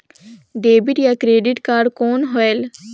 Debit या credit card कौन होएल?